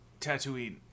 Tatooine